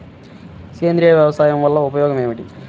సేంద్రీయ వ్యవసాయం వల్ల ఉపయోగం ఏమిటి?